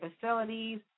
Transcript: facilities